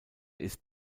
ist